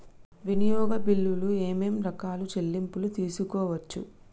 వినియోగ బిల్లులు ఏమేం రకాల చెల్లింపులు తీసుకోవచ్చు?